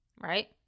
Right